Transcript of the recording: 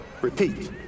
Repeat